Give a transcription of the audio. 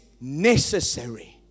necessary